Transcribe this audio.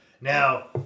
Now